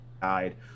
died